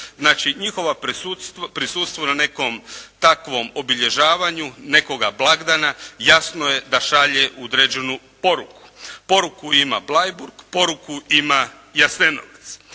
Znači njihovo prisustvo na nekom takvom obilježavanju nekoga blagdana jasno je da šalje određenu poruku. Poruku ima Bleiburg, poruku ima Jasenovac.